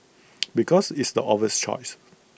because it's the obvious choice